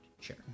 sure